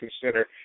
consider